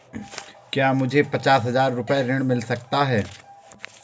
क्या मुझे पचास हजार रूपए ऋण मिल सकता है?